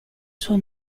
suo